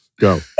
Go